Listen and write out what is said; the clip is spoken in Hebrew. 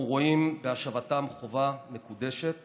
אנחנו רואים בהשבתם חובה מקודשת